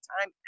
time